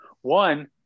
One